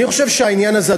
אני חושב שהעניין הזה,